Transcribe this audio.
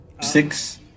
six